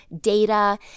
data